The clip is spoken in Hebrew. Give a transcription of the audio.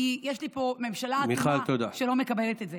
יש לי פה ממשלה אטומה שלא מקבלת את זה.